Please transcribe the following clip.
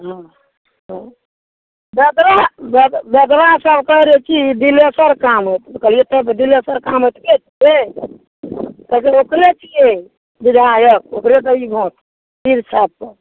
हँ हँ जकरा जकरा सबके बेसी दिलेसर काम होयतै कहलियै तब दिलेसर काम ओकरे छियै कहलू ओकरे छियै बिधायक ओकरे देबै भोंट तीर छाप कऽ